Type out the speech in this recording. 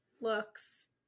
looks